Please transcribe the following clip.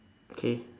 K